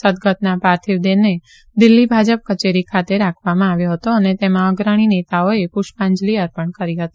સદગતના પાર્થિવ દેહને દિલ્ફી ભાજપ કચેરી ખાતે રાખવામાં આવ્યો હતો અને તેમાં અગ્રણી નેતાઓએ પુષ્પાંજલી અર્પણ કરી હતી